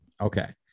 Okay